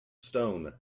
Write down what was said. stone